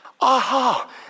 aha